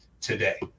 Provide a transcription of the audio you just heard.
today